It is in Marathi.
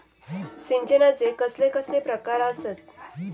सिंचनाचे कसले कसले प्रकार आसत?